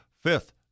fifth